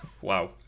Wow